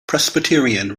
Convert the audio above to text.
presbyterian